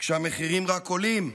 כשהמחירים רק עולים?